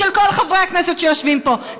של כל חברי הכנסת שיושבים פה,